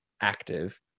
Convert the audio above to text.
active